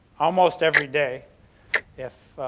almost every day if